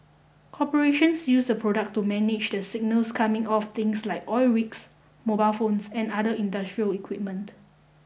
corporations use the product to manage the signals coming off things like oil rigs mobile phones and other industrial equipment